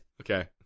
okay